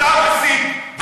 אתה המסית,